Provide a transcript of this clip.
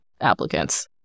applicants